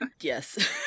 yes